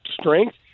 strength